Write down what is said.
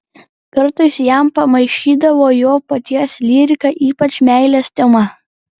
kartais jam pamaišydavo jo paties lyrika ypač meilės tema